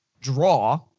draw